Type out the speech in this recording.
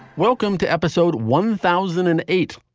welcome to episode one thousand and eight,